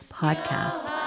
podcast